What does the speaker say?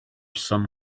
some